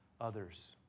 others